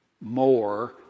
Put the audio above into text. more